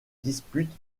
dispute